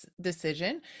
decision